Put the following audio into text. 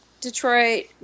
Detroit